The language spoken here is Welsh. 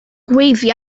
gweiddi